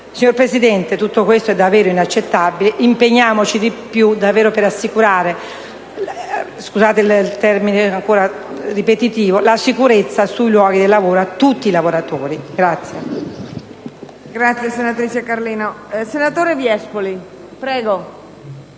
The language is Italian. Signora Presidente, tutto questo è davvero inaccettabile. Impegniamoci di più per garantire la sicurezza sui luoghi di lavoro a tutti i lavoratori.